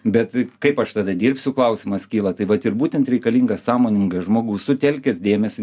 bet kaip aš tada dirbsiu klausimas kyla tai vat ir būtent reikalingas sąmoningas žmogus sutelkęs dėmesį